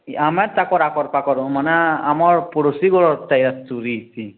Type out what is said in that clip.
ଆମର୍ ତାଙ୍କଟା କରିବା କରନ୍ ମାନେ ଆମର ପଡ଼ୋଶୀ ଘର୍ଟେ ଚୋରି ହେଇଛି